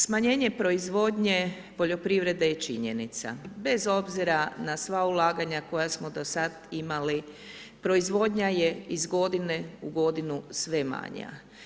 Smanjenje proizvodnje poljoprivrede je činjenica bez obzira na sva ulaganja koja smo do sada imali, proizvodnja je iz godine u godinu sve manja.